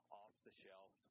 off-the-shelf